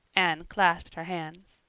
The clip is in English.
anne clasped her hands.